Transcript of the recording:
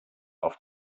auf